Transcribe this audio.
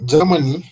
Germany